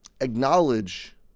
acknowledge